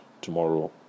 tomorrow